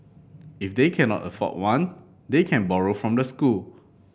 if they cannot afford one they can borrow from the school